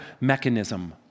mechanism